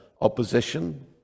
opposition